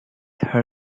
her